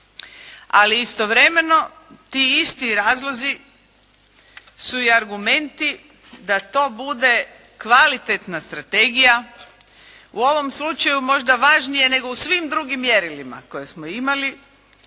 Ali istovremeno ti isti razlozi su i argumenti da to bude kvalitetna strategije. U ovom slučaju možda važnije nego u svim drugim mjerilima koje smo imali.